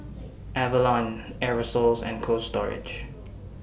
Avalon Aerosoles and Cold Storage